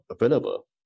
available